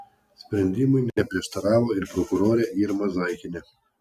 sprendimui neprieštaravo ir prokurorė irma zaikienė